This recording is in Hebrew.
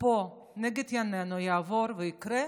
פה נגד עינינו יעבור ויקרה,